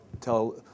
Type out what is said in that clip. tell